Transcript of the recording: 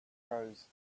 rose